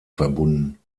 verbunden